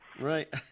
right